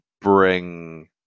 bring